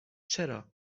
چرا